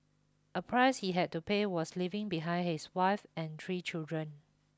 a price he had to pay was leaving behind his wife and three children